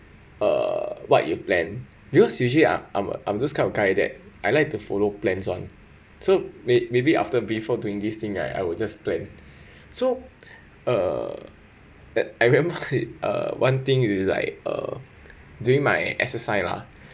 uh what you plan because usually I'm I'm uh I'm those kind of guy like that I like to follow plans [one] so may~ maybe after before doing this thing I I will just plan so uh that I remember one thing you is like uh during my exercise lah